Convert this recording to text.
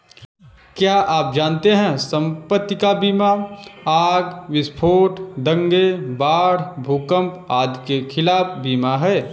क्या आप जानते है संपत्ति का बीमा आग, विस्फोट, दंगे, बाढ़, भूकंप आदि के खिलाफ बीमा है?